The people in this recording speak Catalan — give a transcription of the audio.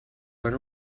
quan